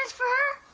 for her.